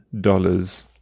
dollars